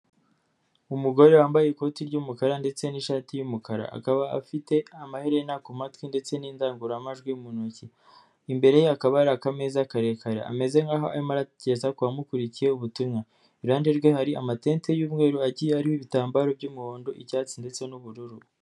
Umugore wambaye ikoti ry'umukara ndetse n'ishati y'umukara , akaba afite amaherena ku matwi ndetse n'indangururamajwi mu ntoki, imbere ye hakaba arikameza karekare ameze nk'aho arimo arageza kubamukurikiye ubutumwa, iruhande rwe hari amatente y'umweru agiye ariho ibitambararo by'umuhondo, icyatsi ndetse n'ubururu.